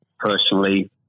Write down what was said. personally